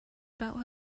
about